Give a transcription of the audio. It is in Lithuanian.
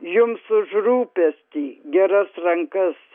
jums už rūpestį geras rankas